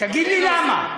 תגיד לי למה.